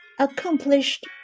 Accomplished